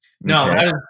No